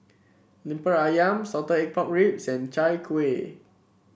lemper ayam Salted Egg Pork Ribs and Chai Kueh